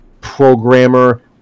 programmer